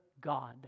God